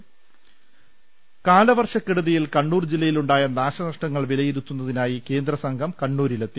ൾ ൽ ൾ കാലവർഷക്കെടുതിയിൽ കണ്ണൂർ ജില്ലയിൽ ഉണ്ടായ നാശനഷ്ടങ്ങൾ വിലയിരുത്തുന്നതായി കേന്ദ്ര സംഘം കണ്ണൂരിൽ എത്തി